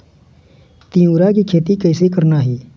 तिऊरा के खेती कइसे करना हे?